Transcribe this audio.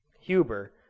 Huber